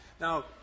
Now